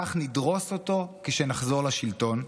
כך נדרוס אותו כשנחזור לשלטון,